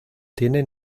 tiene